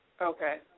Okay